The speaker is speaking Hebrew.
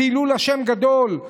חילול השם גדול.